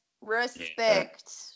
respect